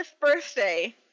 birthday